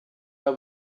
are